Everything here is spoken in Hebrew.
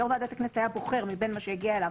יו"ר ועדת הכנסת היה בוחר מבין מה שהגיע אליו